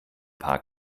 paar